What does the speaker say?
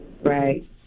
right